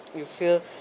you feel